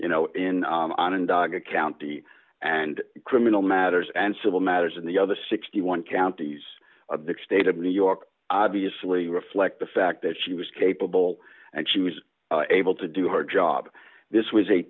you know in onondaga county and criminal matters and civil matters in the other sixty one counties of the state of new york obviously reflect the fact that she was capable and she was able to do her job this was a